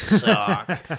suck